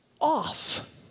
off